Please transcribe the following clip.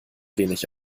wenig